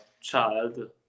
child